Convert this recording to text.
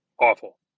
Awful